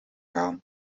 gaan